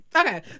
okay